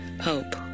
hope